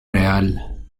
real